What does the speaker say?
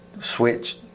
switch